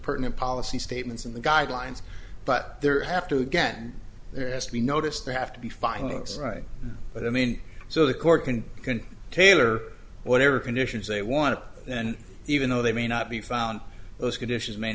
pertinent policy statements in the guidelines but there have to get there has to be noticed they have to be findings right but i mean so the court can can tailor whatever conditions they want to then even though they may not be found those conditions may